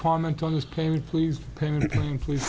comment on this plane please please